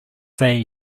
say